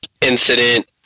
incident